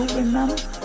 remember